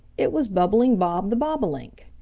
it was bubbling bob the bobolink.